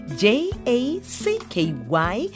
j-a-c-k-y